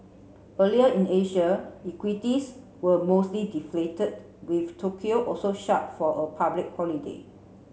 earlier in Asia equities were mostly deflated with Tokyo also shut for a public holiday